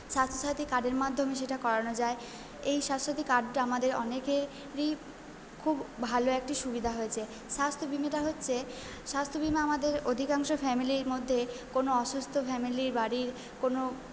স্বাস্থ্যসাথী কার্ডের মাধ্যমে সেটা করানো যায় এই স্বাস্থ্যসাথী কার্ডটা আমাদের অনেকেরই খুব ভালো একটি সুবিধা হয়েছে স্বাস্থ্যবিমাটা হচ্ছে স্বাস্থ্যবিমা আমাদের অধিকাংশ ফ্যামিলির মধ্যে কোনো অসুস্থ ফ্যামিলির বাড়ির কোনো